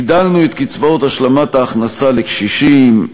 הגדלנו את קצבאות השלמת ההכנסה לקשישים,